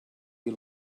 you